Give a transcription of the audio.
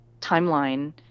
timeline